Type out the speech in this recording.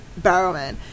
Barrowman